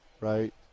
right